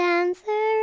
answer